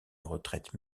retraite